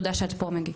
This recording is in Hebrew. תודה שאת פה, מגי.